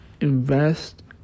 invest